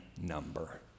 number